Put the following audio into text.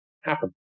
happen